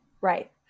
right